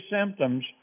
symptoms